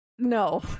No